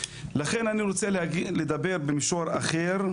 לכן אני רוצה לדבר במישור אחר,